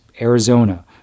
Arizona